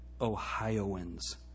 Ohioans